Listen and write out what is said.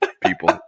people